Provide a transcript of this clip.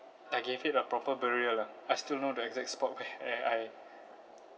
I gave it a proper burial lah I still know the exact spot where I I